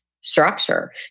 structure